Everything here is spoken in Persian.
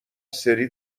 سری